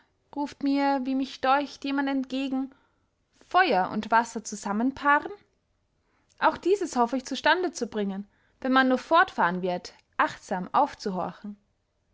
ruft mir wie mich deucht jemand entgegen feuer und wasser zusammen paaren auch dieses hoff ich zu stande zu bringen wenn man nur fortfahren wird achtsam aufzuhorchen